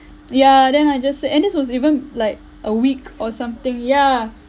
yeah then I just said and that's was even like a week or something yeah